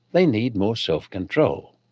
they need more self-control.